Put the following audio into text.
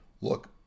look